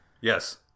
Yes